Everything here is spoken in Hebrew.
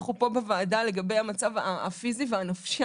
אנחנו פה בוועדה לגבי המצב הפיזי והנפשי,